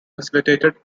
facilitated